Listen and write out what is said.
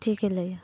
ᱴᱷᱤᱠᱮ ᱞᱟᱹᱭᱟ